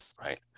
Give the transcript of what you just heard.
right